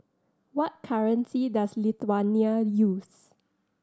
what currency does Lithuania use